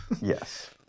Yes